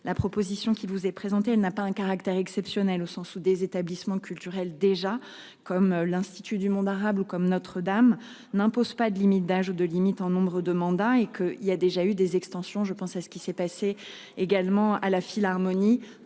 la proposition qui vous est présentée, elle n'a pas un caractère exceptionnel au sens où des établissements culturels déjà comme l'Institut du monde arabe comme notre dame n'impose pas de limite d'âge de limite en nombre de mandats et que il y a déjà eu des extensions. Je pense à ce qui s'est passé également à la Philharmonie